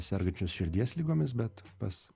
sergančius širdies ligomis bet pas